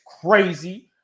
crazy